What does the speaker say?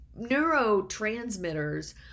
neurotransmitters